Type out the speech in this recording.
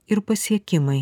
ir pasiekimai